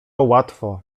łatwo